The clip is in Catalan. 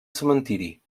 cementiri